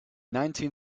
nineteen